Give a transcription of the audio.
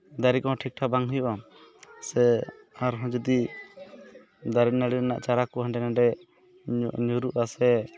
ᱫᱟᱨᱮ ᱠᱚᱦᱚᱸ ᱴᱷᱤᱠᱼᱴᱷᱟᱠ ᱵᱟᱝ ᱦᱩᱭᱩᱜᱼᱟ ᱥᱮ ᱟᱨᱦᱚᱸ ᱡᱩᱫᱤ ᱫᱟᱨᱮᱱᱟᱲᱤ ᱨᱮᱱᱟᱜ ᱪᱟᱨᱟ ᱠᱚ ᱦᱟᱸᱰᱮᱱᱟᱰᱮ ᱧᱩᱨᱩᱜᱼᱟ ᱥᱮ